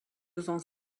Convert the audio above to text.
vent